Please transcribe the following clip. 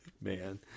man